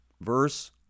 Verse